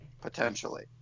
potentially